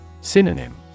Synonym